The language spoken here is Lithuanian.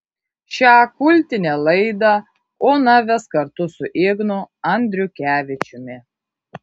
šią kultinę laidą ona ves kartu su ignu andriukevičiumi